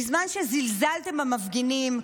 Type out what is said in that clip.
בזמן שזלזלתם במפגינים,